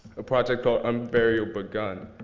a project called unburial begun.